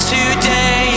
Today